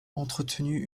entretenu